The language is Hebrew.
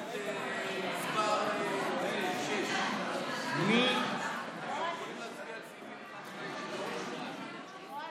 הסתייגות מס' 6. יכולים להצביע כנוסח הוועדה,